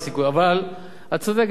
לא כולן.